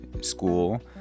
school